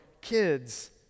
kids